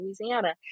Louisiana